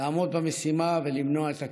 לעמוד במשימה ולמנוע את הקריסה.